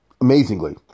amazingly